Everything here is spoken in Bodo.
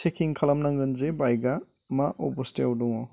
चेकिं खालाम नांगोन जे बाइकआ मा अबस्थायाव दङ